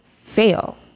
fail